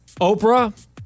Oprah